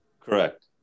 Correct